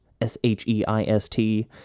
S-H-E-I-S-T